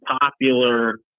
popular